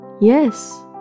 Yes